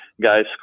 guys